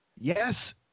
Yes